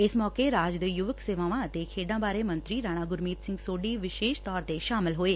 ਇਸ ਮੌਕੇ ਰਾਜ ਦੇ ਯੁਵਕ ਸੇਵਾਵਾਂ ਅਤੇ ਖੇਡਾਂ ਬਾਰੇ ਮੰਤਰੀ ਰਾਣਾ ਗੁਰਮੀਤ ਸਿੰਘ ਸੋਢੀ ਵਿਸ਼ੇਸ਼ ਤੌਰ ਤੇ ਸ਼ਾਮਲ ਹੋਏ